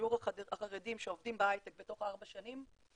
בשיעור החרדים שעובדים בהייטק בתוך ארבע שנים,